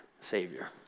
Savior